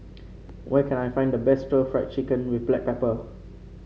where can I find the best stir Fry Chicken with Black Pepper